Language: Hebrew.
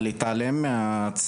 אני אתחיל מהתחלה.